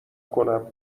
کنم